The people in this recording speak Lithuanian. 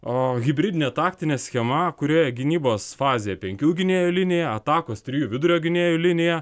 hibridinė taktinė schema kurioje gynybos fazė penkių gynėjų linija atakos trijų vidurio gynėjų linija